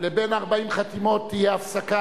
לבין 40 חתימות תהיה הפסקה,